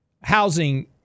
housing